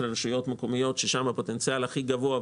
רשויות מקומיות בהן הפוטנציאל הוא הכי גבוה.